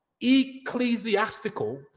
ecclesiastical